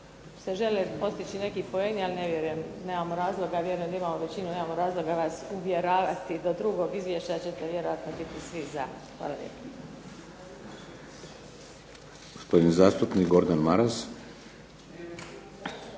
se žele postići neki poeni ali ne vjerujem, nemamo razloga, ja vjerujem da imamo većinu, nemamo razloga vas uvjeravati, do drugog izvješća ćete vjerojatno biti svi za. Hvala lijepa.